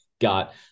got